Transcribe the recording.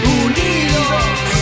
unidos